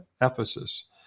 Ephesus